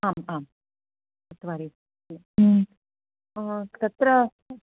आम् आम् चत्वारि तत्र